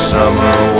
summer